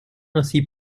ainsi